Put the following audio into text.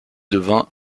devint